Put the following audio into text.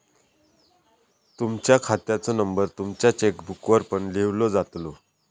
तुमच्या खात्याचो नंबर तुमच्या चेकबुकवर पण लिव्हलो जातलो